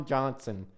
Johnson